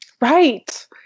Right